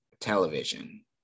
television